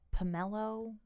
pomelo